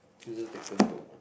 so we just take turns to open